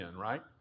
right